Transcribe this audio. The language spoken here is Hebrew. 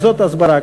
וזאת הסברה.